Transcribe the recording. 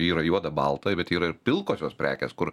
yra juoda balta bet yra ir pilkosios prekės kur